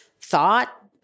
thought